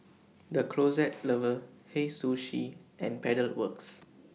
The Closet Lover Hei Sushi and Pedal Works